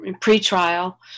pre-trial